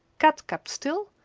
kat kept still,